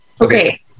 Okay